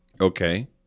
Okay